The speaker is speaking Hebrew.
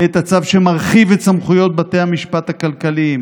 את הצו שמרחיב את סמכויות בתי המשפט הכלכליים,